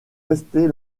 restés